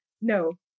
No